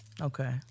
Okay